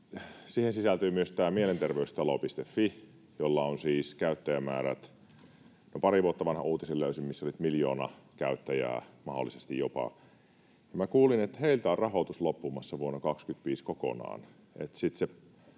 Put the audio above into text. siihen sisältyy myös tämä Mielenterveystalo.fi, jolla on siis käyttäjämäärät... pari vuotta vanhan uutisen löysin, missä oli, että mahdollisesti jopa miljoona käyttäjää. Minä kuulin, että heiltä on rahoitus loppumassa vuonna 25 kokonaan,